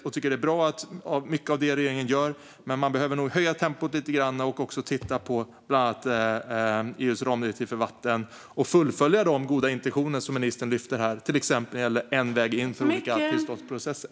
Jag tycker att mycket av det regeringen gör är bra, men man behöver nog höja tempot lite grann. Man behöver också titta på bland annat EU:s ramdirektiv för vatten och fullfölja de goda intentioner som ministern lyfte fram, till exempel när det gäller att det ska finnas en väg in för olika tillståndsprocesser.